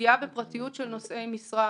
פגיעה בפרטיות של נושאי משרה,